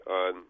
on